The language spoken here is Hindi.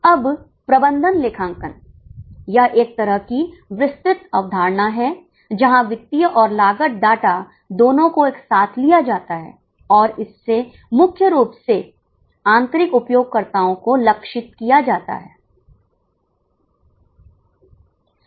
अब प्रबंधन लेखांकन यह एक तरह की विस्तृत अवधारणा है जहां वित्तीय और लागत डाटा दोनों को एक साथ लिया जाता है और इससे मुख्य रूप से आंतरिक उपयोगकर्ताओं को लक्षित किया जाता है